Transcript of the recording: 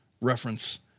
reference